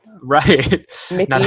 Right